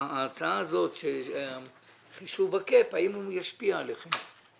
ההצעה הזאת של חישוב הקאפ, האם זה ישפיע עליכם.